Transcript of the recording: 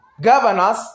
governors